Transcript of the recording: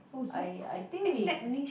I I think we